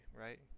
right